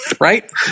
right